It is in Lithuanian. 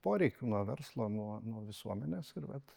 poreikių nuo verslo nuo nuo visuomenės ir vat